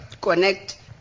connect